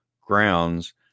grounds